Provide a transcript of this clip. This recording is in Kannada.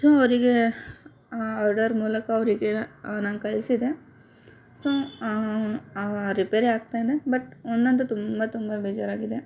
ಸೊ ಅವರಿಗೆ ಆರ್ಡರ್ ಮೂಲಕ ಅವರಿಗೆ ನಾನು ಕಳಿಸಿದೆ ಸೊ ರಿಪೇರಿ ಆಗ್ತಾ ಇದೆ ಬಟ್ ಅಂತೂ ತುಂಬ ತುಂಬ ಬೇಜಾರಾಗಿದೆ